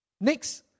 Next